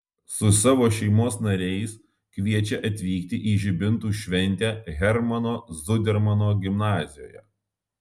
su savo šeimos nariais kviečia atvykti į žibintų šventę hermano zudermano gimnazijoje